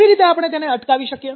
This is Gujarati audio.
કેવી રીતે આપણે તેને અટકાવી શકીએ